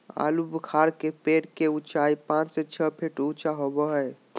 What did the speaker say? आलूबुखारा के पेड़ के उचाई पांच से छह फीट ऊँचा होबो हइ